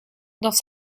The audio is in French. dans